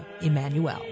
Emmanuel